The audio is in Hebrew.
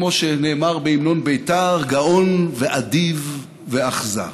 כמו שנאמר בהמנון בית"ר: גאון ונדיב ואכזר.